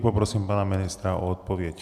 Poprosím pana ministra o odpověď.